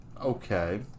Okay